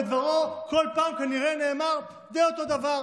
ודברו כל פעם כנראה נאמר די אותו דבר,